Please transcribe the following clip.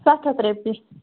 سَتھ ہَتھ رۄپیہِ